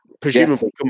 presumably